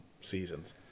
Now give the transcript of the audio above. seasons